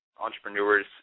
entrepreneurs